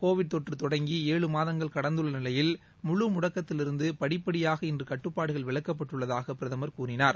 Covid தொற்று தொடங்கி ஏழு மாதங்கள் கடந்துள்ள நிலையில் முழு முடக்கத்திலிருந்து படிப்படியாக இன்று கட்டுப்பாடுகள் விலக்கப்பட்டுள்ளதாக பிரதமர் கூறினார்